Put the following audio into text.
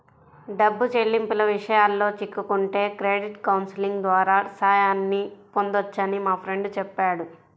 డబ్బు చెల్లింపుల విషయాల్లో చిక్కుకుంటే క్రెడిట్ కౌన్సిలింగ్ ద్వారా సాయాన్ని పొందొచ్చని మా ఫ్రెండు చెప్పాడు